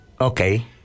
okay